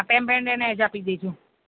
payment એને જ આપી દેજો